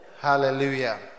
hallelujah